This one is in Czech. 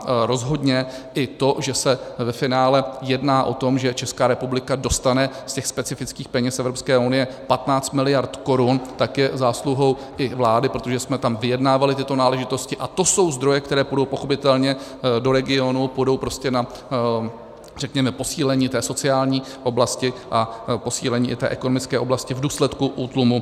A rozhodně i to, že se ve finále jedná o tom, že Česká republika dostane z těch specifických peněz Evropské unie 15 mld. korun, tak je zásluhou i vlády, protože jsme tam vyjednávali tyto náležitosti, a to jsou zdroje, které půjdou pochopitelně do regionů, půjdou řekněme na posílení té sociální oblasti a posílení i té ekonomické oblasti v důsledku útlumu uhlí.